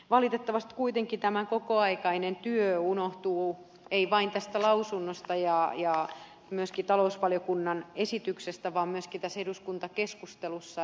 valitettavasti kuitenkin tämä kokoaikainen työ unohtuu ei vain tästä lausunnosta ja myöskin talousvaliokunnan esityksestä vaan myöskin tässä eduskuntakeskustelussa